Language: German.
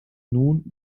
nun